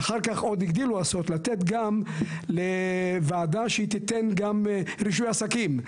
ואחר כך עוד הגדילו לעשות לתת גם לוועדה שהיא תיתן גם רישוי עסקים.